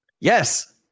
Yes